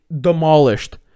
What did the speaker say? demolished